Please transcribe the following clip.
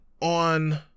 on